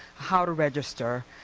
how to register.